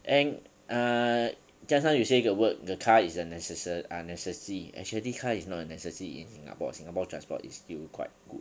and uh just now you say got work the car is a neces~ ah necessity actually car is not necessity in singapore singapore transport is still quite good